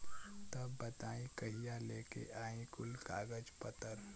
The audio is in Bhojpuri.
तब बताई कहिया लेके आई कुल कागज पतर?